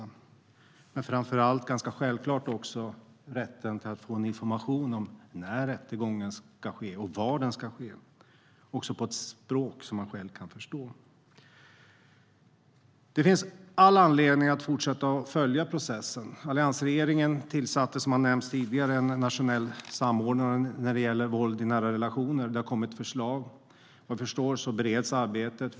Det gäller framför allt, och ganska självklart, rätten till information om var och när rättegången ska ske och detta på ett språk som man själv kan förstå. Det finns all anledning att fortsätta att följa processen. Alliansregeringen tillsatte, som har nämnts tidigare, en nationell samordnare när det gäller våld i nära relationer. Det har kommit förslag, och vad jag förstår bereds arbetet.